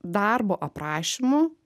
darbo aprašymu